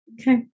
Okay